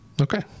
Okay